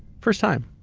first time.